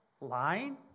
Lying